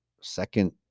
second